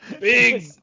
big